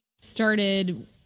started